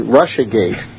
russiagate